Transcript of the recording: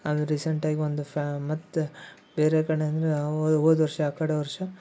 ಅದು ರೀಸೆಂಟಾಗಿ ಒಂದು ಫ್ಯಾ ಮತ್ತು ಬೇರೆ ಕಡೆ ಅಂದ್ರೆ ಹೋದ ವರ್ಷ ಆ ಕಡೇ ವರ್ಷ